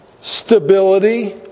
Stability